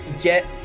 get